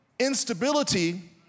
instability